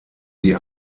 die